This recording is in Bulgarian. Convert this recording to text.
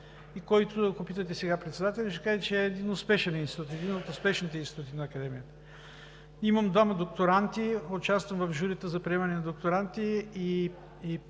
и ако питате сега председателя, ще каже, че е един успешен институт, един от успешните институти на Академията – имам двама докторанти, участвах в журито за приемане на докторанти.